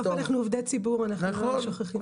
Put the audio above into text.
בסוף אנחנו עובדי ציבור, אנחנו לא שוכחים את זה.